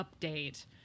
update